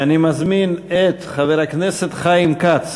אני מזמין את חבר הכנסת חיים כץ